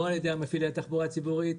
לא על ידי מפעילי התחבורה הציבורית.